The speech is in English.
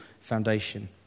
foundation